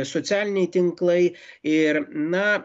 socialiniai tinklai ir na